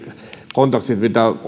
kontaktit